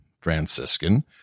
Franciscan